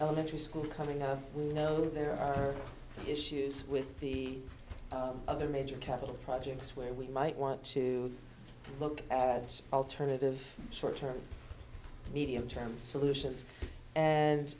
elementary school coming up you know there are issues with the other major capital projects where we might want to look at alternative short term medium term solutions and